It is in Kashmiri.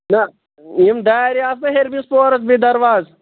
نَہ یِم دارِ آسہٕ نَہ ہیٚرمِس پورَس بیٚیہِ درواز